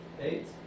eight